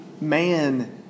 man